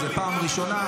זו פעם ראשונה.